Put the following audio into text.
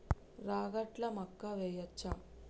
రాగట్ల మక్కా వెయ్యచ్చా?